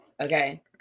okay